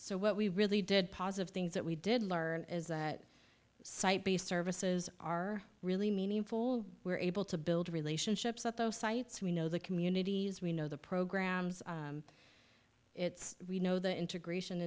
so what we really did positive things that we did learn is that site based services are really meaningful we're able to build relationships at those sites we know the communities we know the programs it's we know the integration